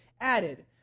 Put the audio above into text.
added